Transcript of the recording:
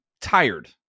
tired